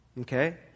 Okay